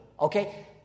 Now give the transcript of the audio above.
Okay